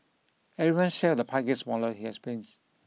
everyone's share of the pie gets smaller he explains